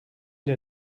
der